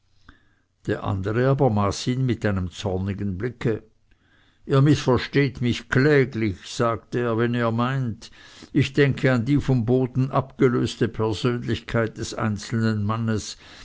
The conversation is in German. der andere aber maß ihn mit einem zornigen blicke ihr mißversteht mich kläglich sagte er wenn ihr meint ich denke an die vom boden abgelöste persönlichkeit des einzelnen mannes